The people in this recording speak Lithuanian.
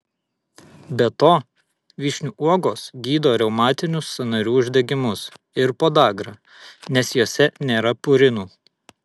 be to vyšnių uogos gydo reumatinius sąnarių uždegimus ir podagrą nes jose nėra purinų